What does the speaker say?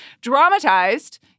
dramatized